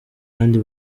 kandi